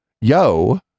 yo